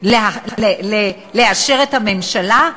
לאשר את הממשלה?